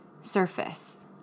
surface